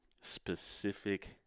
specific